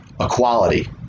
equality